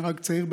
נהרג צעיר,